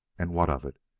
and what of it?